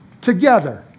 together